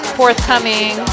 forthcoming